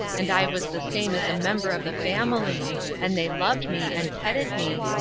and i was the same as a member of the family and they loved me, and petted me,